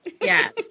Yes